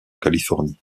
californie